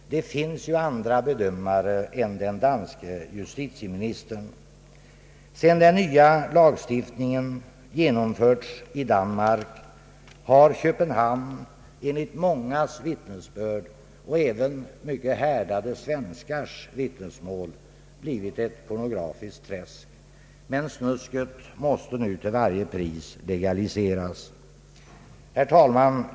Det finns ju andra bedömare än den danske justitieministern. Sedan den nya lagstiftningen genomförts i Danmark har Köpenhamn enligt mångas — även mycket härdade svenskars — vittnesbörd blivit ett pornografiskt träsk. Men snusket måste till varje pris legaliseras! Herr talman!